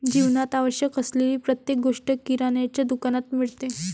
जीवनात आवश्यक असलेली प्रत्येक गोष्ट किराण्याच्या दुकानात मिळते